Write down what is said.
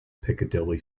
piccadilly